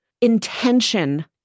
intention